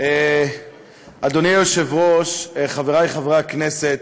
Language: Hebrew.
אדוני היושב-ראש, חברי חברי הכנסת,